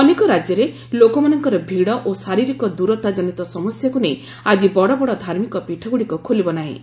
ଅନେକ ରାଜ୍ୟରେ ଲୋକମାନଙ୍କର ଭିଡ଼ ଓ ଶାରୀରିକ ଦୂରତା ଜନିତ ସମସ୍ୟାକୁ ନେଇ ଆଜି ବଡ଼ବଡ଼ ଧାର୍ମିକପୀଠଗୁଡ଼ିକ ଖୋଲିବନାହିଁ